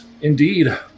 Indeed